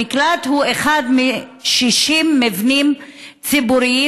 המקלט הוא אחד מ-60 מבנים ציבוריים